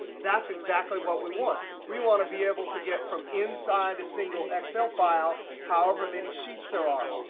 that's exactly what we want. we want to be able to get from inside a single excel file, however many sheets there are.